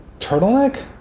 turtleneck